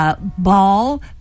Ball